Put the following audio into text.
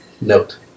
Note